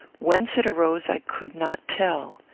whence it arose i could not tell.